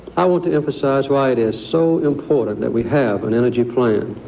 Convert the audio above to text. i want to emphasis why it is so important that we have an energy plan.